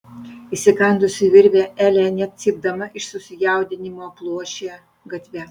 įsikandusi virvę elė net cypdama iš susijaudinimo pluošė gatve